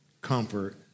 Comfort